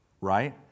right